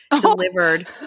delivered